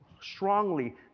strongly